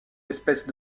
espèces